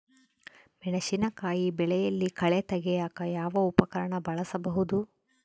ಮೆಣಸಿನಕಾಯಿ ಬೆಳೆಯಲ್ಲಿ ಕಳೆ ತೆಗಿಯಾಕ ಯಾವ ಉಪಕರಣ ಬಳಸಬಹುದು?